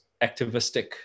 activistic